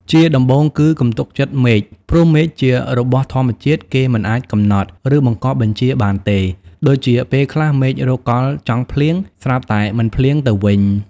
ជាដំបូងគឺកុំទុកចិត្តមេឃ ព្រោះមេឃជារបស់ធម្មជាតិ គេមិនអាចកំណត់ ឬបង្គាប់បញ្ជាបានទេ ដូចជា ពេលខ្លះមេឃរកកលចង់ភ្លៀង ស្រាប់តែមិនភ្លៀងទៅវិញ ។